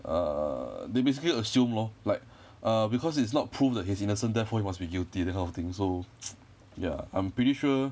err they basically assumed lor like err because it's not proved that he is innocent therefore he must be guilty that kind of thing so ya I'm pretty sure